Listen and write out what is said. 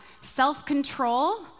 self-control